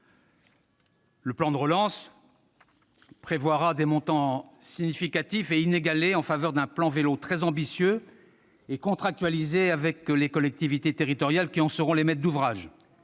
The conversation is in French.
Le plan de relance prévoira des montants significatifs et inégalés en faveur d'un plan Vélo très ambitieux et contractualisé avec les collectivités territoriales, qui en seront les maîtresses d'ouvrage